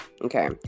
okay